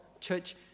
church